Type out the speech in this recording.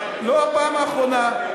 לא הפעם האחרונה.